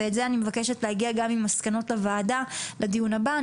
ועל זה אני מבקשת להגיע גם עם מסקנות לוועדה לדיון הבא.